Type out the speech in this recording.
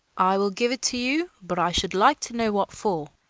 i will give it to you but i should like to know what for.